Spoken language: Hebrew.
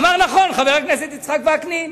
אמר נכון חבר הכנסת יצחק וקנין: